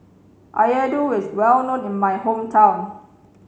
Laddu is well known in my hometown